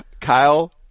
Kyle